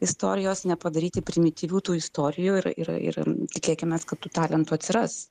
istorijos nepadaryti primityvių tų istorijų ir ir ir tikėkimės kad tų talentų atsiras